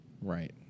Right